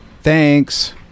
Thanks